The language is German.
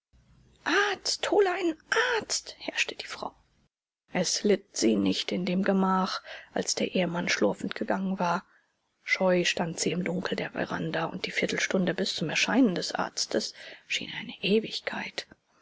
hole einen arzt herrschte die frau es litt sie nicht in dem gemach als der ehemann schlurfend gegangen war scheu stand sie im dunkel der veranda und die viertelstunde bis zum erscheinen des arztes schien ihr eine ewigkeit